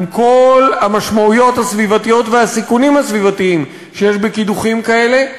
עם כל המשמעויות הסביבתיות והסיכונים הסביבתיים שיש בקידוחים כאלה,